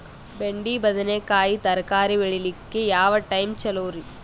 ಬೆಂಡಿ ಬದನೆಕಾಯಿ ತರಕಾರಿ ಬೇಳಿಲಿಕ್ಕೆ ಯಾವ ಟೈಮ್ ಚಲೋರಿ?